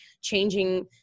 changing